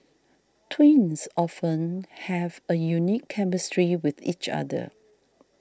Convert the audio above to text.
twins often have a unique chemistry with each other